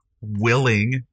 willing